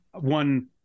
one